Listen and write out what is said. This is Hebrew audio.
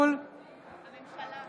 (קוראת בשמות חברי הכנסת)